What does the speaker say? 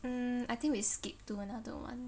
um I think we skip to another [one]